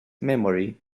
memory